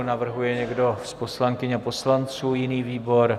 Navrhuje někdo z poslankyň a poslanců jiný výbor?